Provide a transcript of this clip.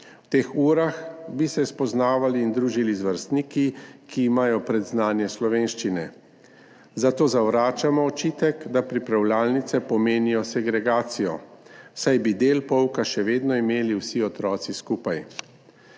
V teh urah bi se spoznavali in družili z vrstniki, ki imajo predznanje slovenščine. Zato zavračamo očitek, da pripravljalnice pomenijo segregacijo, saj bi del pouka še vedno imeli vsi otroci skupaj.